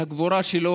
את הגבורה שלו,